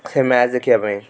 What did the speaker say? ସେ ମ୍ୟାଚ୍ ଦେଖିବା ପାଇଁ